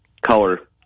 color